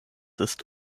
ist